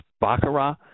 Baccarat